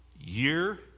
year